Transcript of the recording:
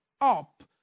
up